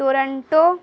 Toronto